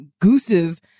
gooses